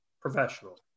professional